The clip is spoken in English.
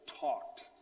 talked